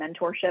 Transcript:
mentorship